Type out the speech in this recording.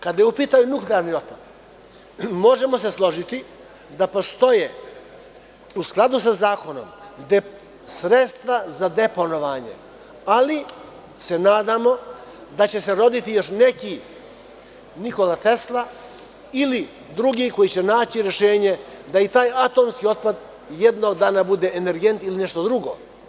Kada je u pitanju nuklearni otpad, možemo se složiti da postoje, u skladu sa zakonom, sredstva da deponovanje, ali se nadamo da će se roditi još neki Nikola Tesla ili drugi koji će naći rešenje da i taj atomski otpad jednog dana bude energent ili nešto drugo.